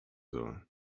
soll